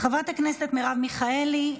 חברת הכנסת מרב מיכאלי,